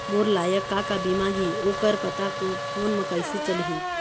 मोर लायक का का बीमा ही ओ कर पता फ़ोन म कइसे चलही?